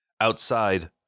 Outside